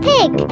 Pig